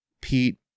Pete